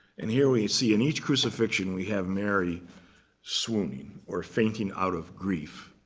and here we see in each crucifixion, we have mary swooning or fainting out of grief.